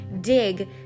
dig